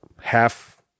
half